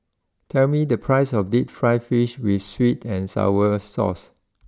tell me the price of deep Fried Fish with sweet and Sour Sauce